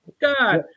God